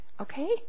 okay